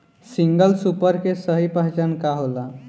Single super के सही पहचान का होला?